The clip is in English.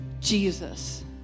Jesus